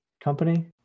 company